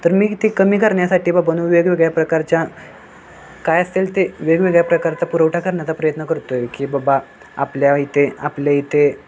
तर मी ते कमी करण्यासाठी बाबानू वेगवेगळ्या प्रकारच्या काय असेल ते वेगवेगळ्या प्रकारचा पुरवठा करण्याचा प्रयत्न करतो आहे की बाबा आपल्या इथे आपल्या इथे